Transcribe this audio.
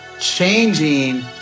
changing